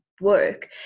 work